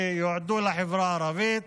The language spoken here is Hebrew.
שיועדו לחברה הערבית,